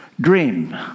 dream